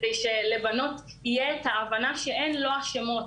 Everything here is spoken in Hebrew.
כדי שלבנות תהיה את ההבנה שהן לא אשמות,